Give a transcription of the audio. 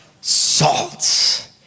salt